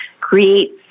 Create